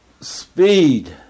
speed